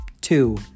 Two